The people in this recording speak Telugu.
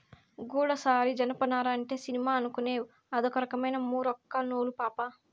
గూడసారి జనపనార అంటే సినిమా అనుకునేవ్ అదొక రకమైన మూరొక్క నూలు పాపా